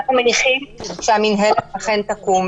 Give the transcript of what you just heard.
אנחנו מניחים שהמנהלת אכן תקום,